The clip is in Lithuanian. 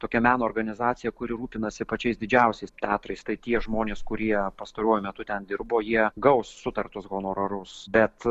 tokia meno organizacija kuri rūpinasi pačiais didžiausiais teatrais tai tie žmonės kurie pastaruoju metu ten dirbo jie gaus sutarus honorarus bet